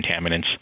contaminants